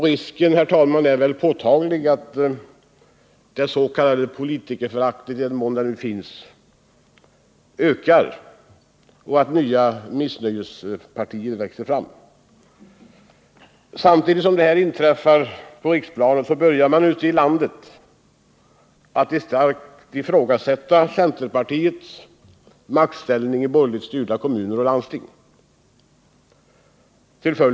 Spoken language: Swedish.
Risken är väl påtaglig att det s.k. politikerföraktet, i den mån något sådant finns, ökar och att nya missnöjespartier växer fram. Samtidigt som detta inträffar på riksplanet börjar man ute i landet att till följd av centerns stora valförluster starkt ifrågasätta centerpartiets maktställning i borgerligt styrda kommuner och landsting.